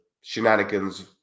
shenanigans